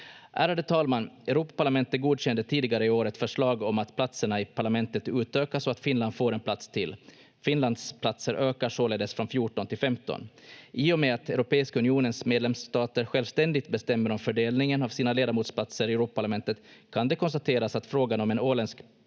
Ärade talman! Europaparlamentet godkände tidigare i år ett förslag om att platserna i parlamentet utökas och att Finland får en plats till. Finlands platser ökar således från 14 till 15. I och med att Europeiska unionens medlemsstater självständigt bestämmer om fördelningen av sina ledamotsplatser i Europaparlamentet, kan det konstateras att frågan om en åländsk